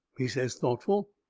he says thoughtful.